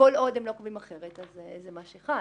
כל עוד הם לא עוקבים אחרת זה מה שחל.